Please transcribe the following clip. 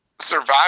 survive